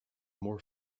more